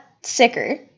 sicker